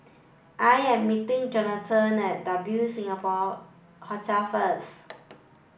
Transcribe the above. I am meeting Jonathon at W Singapore Hotel first